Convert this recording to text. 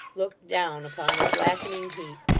looked down upon the blackening heap.